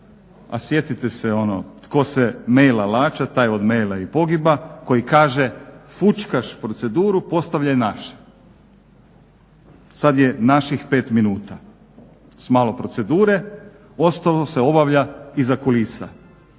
a sjetite se ono tko se maila laća taj od maila i pogiba koji kaže fućkaš proceduru, postavljaj naše, sad je naših pet minuta. S malo procedure ostalo se obavlja iza kulisa.